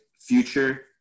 future